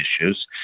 issues